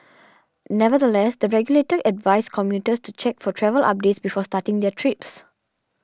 nevertheless the regulator advised commuters to check for travel updates before starting their trips